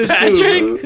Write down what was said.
Patrick